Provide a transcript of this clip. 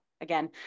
again